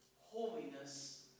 holiness